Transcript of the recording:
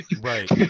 Right